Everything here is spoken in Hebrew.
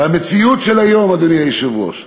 המציאות של היום, אדוני היושב-ראש,